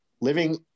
living